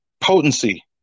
potency